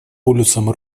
полюсом